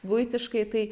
buitiškai tai